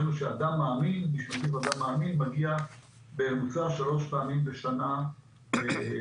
ראינו שאדם מאמין מגיע בממוצע שלוש פעמים בשנה למתחם.